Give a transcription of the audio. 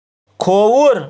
کھووُر